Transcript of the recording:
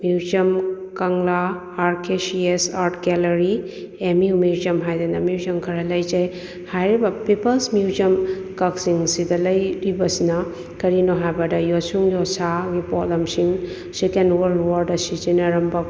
museum Kangla R K C S art gallery M U museum ꯍꯥꯏꯗꯅ museum ꯈꯔ ꯂꯩꯖꯩ ꯍꯥꯏꯔꯤꯕ ꯄꯤꯄꯜꯁ ꯃ꯭ꯌꯨꯖꯝ ꯀꯛꯆꯤꯡꯁꯤꯗ ꯂꯩꯔꯤꯕꯁꯤꯅ ꯀꯔꯤꯅꯣ ꯍꯥꯏꯕꯗ ꯌꯣꯠꯁꯨꯡ ꯌꯣꯠꯁꯥꯒꯤ ꯄꯣꯠꯂꯝꯁꯤꯡ ꯁꯦꯀꯦꯟ ꯋꯥꯔꯜ ꯋꯥꯔꯗ ꯁꯤꯖꯤꯟꯅꯔꯝꯕ